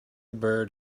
bird